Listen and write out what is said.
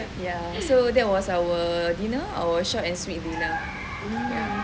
ya so that was our dinner our short and sweet dinner